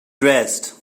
dressed